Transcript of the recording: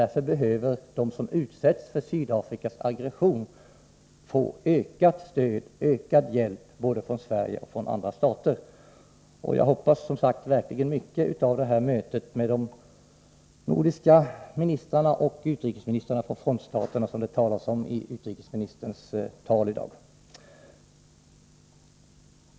Därför behöver de som utsätts för Sydafrikas aggression få ökad hjälp och stöd både från Sverige och andra stater. Jag hoppas, som sagt, mycket av det möte mellan de nordiska ministrarna och utrikesministrarna i frontstaterna som det talas om i utrikesministerns anförande i dag.